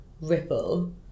ripple